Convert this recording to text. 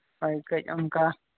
ᱦᱳᱭ ᱠᱟᱹᱡ ᱚᱱᱠᱟ